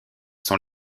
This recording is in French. sont